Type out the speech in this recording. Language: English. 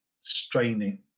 straining